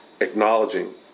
acknowledging